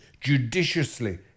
judiciously